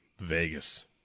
Vegas